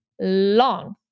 long